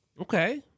Okay